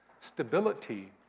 stability